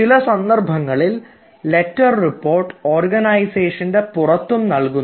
ചില സന്ദർഭങ്ങളിൽ letter report ഓർഗനൈസേഷൻറെ പുറത്തും നൽകുന്നു